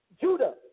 Judah